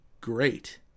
great